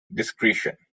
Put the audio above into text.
discretion